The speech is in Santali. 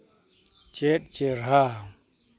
ᱪᱮᱫ ᱪᱮᱦᱨᱟ